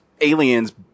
aliens